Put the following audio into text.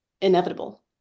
inevitable